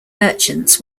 merchants